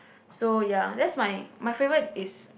so ya that my my favourite is